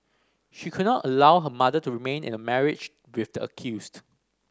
she could not allow her mother to remain in a marriage with the accused